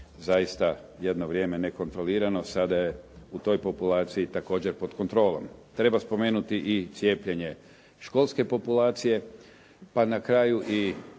zaista jedno vrijeme nekontrolirano. Sada je u toj populaciji također pod kontrolom. Treba spomenuti i cijepljenje školske populacije, pa na kraju i